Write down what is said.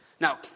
Now